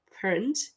print